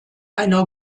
einer